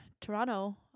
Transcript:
Toronto